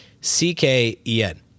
C-K-E-N